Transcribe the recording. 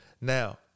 now